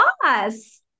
Boss